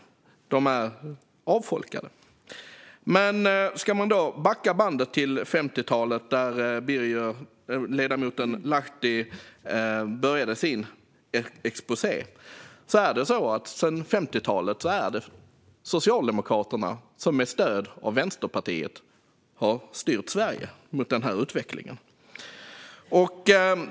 De är avfolkade. För att backa bandet till 50-talet, där ledamoten Lahti började sin exposé, är det Socialdemokraterna som sedan dess, med stöd av Vänsterpartiet, har styrt Sverige mot denna utveckling.